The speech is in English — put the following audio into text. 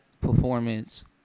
performance